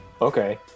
okay